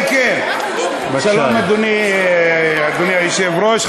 שלום, אדוני היושב-ראש.